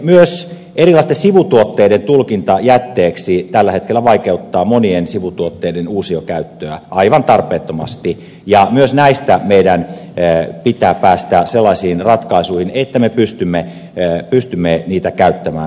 myös erilaisten sivutuotteiden tulkinta jätteeksi tällä hetkellä vaikeuttaa monien sivutuotteiden uusiokäyttöä aivan tarpeettomasti ja myös näistä meidän pitää päästä sellaisiin ratkaisuihin että me pystymme niitä käyttämään